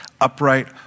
upright